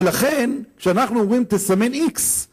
לכן, כשאנחנו אומרים תסמן איקס